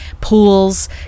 pools